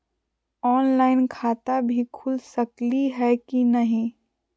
Online खाता भी खुल सकली है कि नही?